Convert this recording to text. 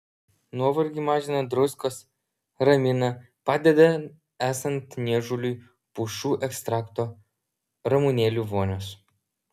nuovargį mažina druskos ramina padeda esant niežuliui pušų ekstrakto ramunėlių vonios